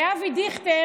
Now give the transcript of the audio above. ואבי דיכטר,